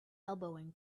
elbowing